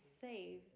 save